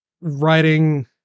writing